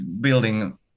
building